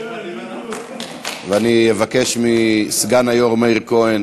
אני אבקש מסגן היושב-ראש מאיר כהן